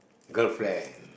girlfriend